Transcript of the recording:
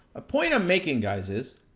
a point i'm making guys is,